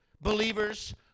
believers